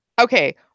Okay